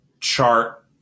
chart